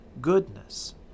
goodness